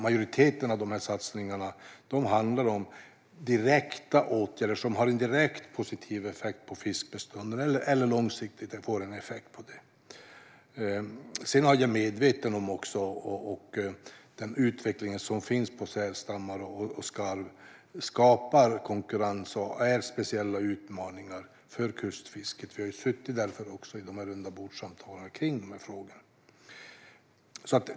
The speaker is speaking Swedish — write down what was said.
Majoriteten av satsningarna handlar om åtgärder som direkt eller långsiktigt får en positiv effekt på fiskbeståndet. Sedan är jag medveten om att utvecklingen av sälstammar och skarv skapar konkurrens och innebär speciella utmaningar för kustfisket. Vi har därför också suttit i rundabordssamtal om dessa frågor.